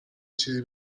چیزی